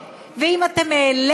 אם יש עודפי גבייה,